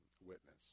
witness